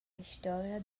historia